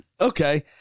Okay